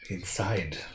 Inside